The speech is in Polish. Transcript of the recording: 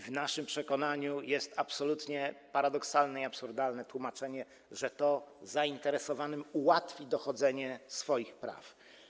W naszym przekonaniu jest absolutnie paradoksalne i absurdalne tłumaczenie, że zainteresowanym ułatwi to dochodzenie swoich praw.